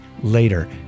later